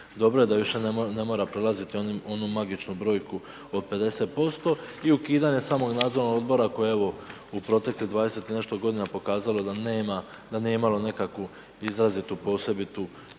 dobro je da više ne mora prolaziti onu magičnu brojku od 50% i ukidanje samog nadzornog odbora koji evo u proteklih 20 i nešto godina pokazalo da nije imalo izrazitu posebitu